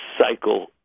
cycle